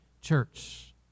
church